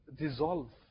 dissolve